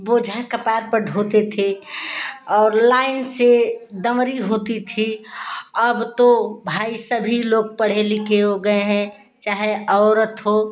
बोझा कपार पर ढोते थे और लाइन से दमड़ी होती थी अब तो भाई सभी लोग पढ़े लिखे हो गए हैं चाहे औरत हो